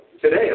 today